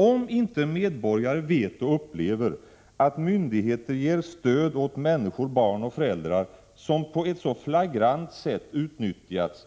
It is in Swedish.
Om inte medborgarna vet och upplever att myndigheter ger stöd åt människor — barn och föräldrar — som på ett så flagrant sätt utnyttjats